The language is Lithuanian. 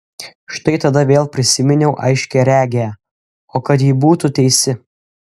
štai tada vėl prisiminiau aiškiaregę o kad ji būtų teisi